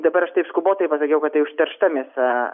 dabar aš taip skubotai pasakiau kad tai užteršta mėsa